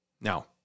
Now